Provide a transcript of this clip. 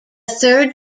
third